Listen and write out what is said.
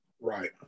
Right